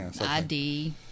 ID